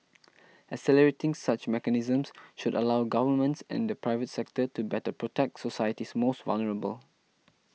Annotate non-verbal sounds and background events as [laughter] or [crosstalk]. [noise] accelerating such mechanisms should allow governments and the private sector to better protect society's most vulnerable